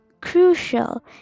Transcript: crucial